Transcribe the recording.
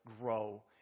grow